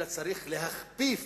אלא צריך להכפיף